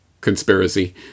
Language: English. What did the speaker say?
conspiracy